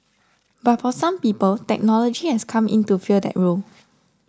but for some people technology has come in to fill that role